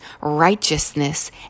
righteousness